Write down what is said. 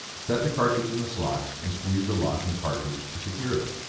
set the cartridge in the slot and squeeze the lock and cartridge to secure it.